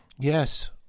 Yes